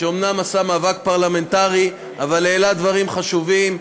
שאומנם עשה מאבק פרלמנטרי אבל העלה דברים חשובים,